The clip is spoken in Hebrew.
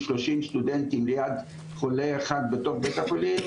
30 סטודנטים ליד חולה אחד בתוך בית החולים,